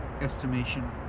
estimation